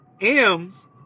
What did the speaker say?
M's